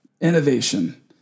innovation